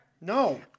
No